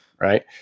Right